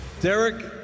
Derek